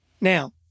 Now